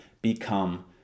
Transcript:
become